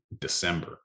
december